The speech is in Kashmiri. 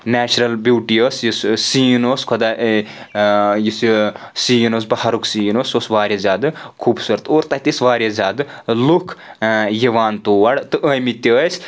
نیچرل بیوٗٹی ٲس یُس سیٖن اوس خۄداین یُس یہِ سیٖن اوس بہارُک سیٖن اوس سُہ اوس واریاہ زِیادٕ خوٗبصوٗرت اور تَتہِ ٲسۍ واریاہ زیادٕ لُکھ یوان تور تہٕ ٲمٕتۍ تہِ ٲسۍ